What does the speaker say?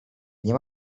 nie